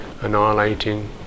annihilating